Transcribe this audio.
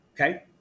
okay